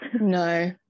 no